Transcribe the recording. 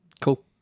cool